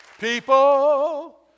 People